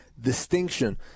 distinction